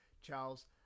charles